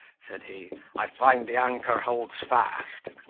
said he, i find the anchor holds fast!